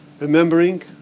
Remembering